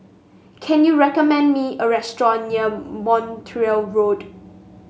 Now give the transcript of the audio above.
can you recommend me a restaurant near Montreal Road